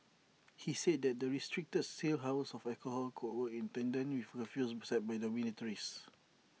he said that the restricted sale hours of alcohol could work in tandem with curfews set by dormitories